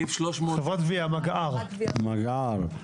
חברת הגבייה מגער.